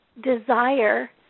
desire